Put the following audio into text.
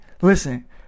listen